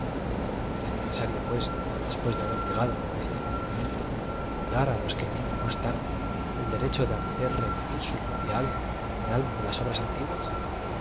es necesario pues después de haber lie gado á eate conocimiento negar á los que vienen más tarde e l derecho de hacer r e v iv ir su propia alm a en el alma de las obras antiguas